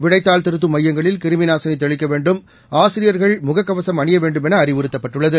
விடைத்தாள் திருத்தும் மையங்களில் கிருமிநாசினி தெளிக்க வேண்டும் ஆசிரியர்கள் முகக்கவசம் அணிய வேண்டுமென அறிவுறுத்தப்பட்டுள்ளது